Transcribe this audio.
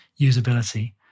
usability